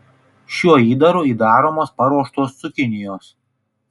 šiuo įdaru įdaromos paruoštos cukinijos